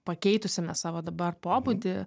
pakeitusiame savo dabar pobūdį